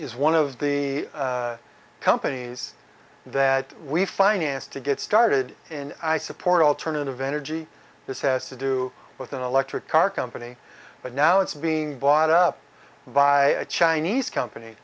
is one of the companies that we financed to get started in i support alternative energy this has to do with an electric car company but now it's being bought up by a chinese company